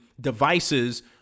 devices